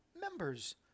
members